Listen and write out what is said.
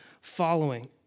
following